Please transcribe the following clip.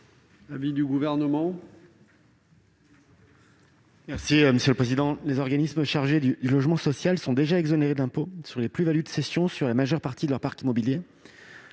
l'avis du Gouvernement ?